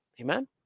amen